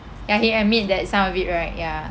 ya he admit that some of it right ya